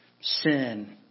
sin